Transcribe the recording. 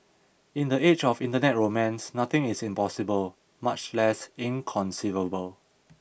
in the age of Internet romance nothing is impossible much less inconceivable